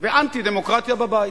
ואנטי-דמוקרטיה בבית.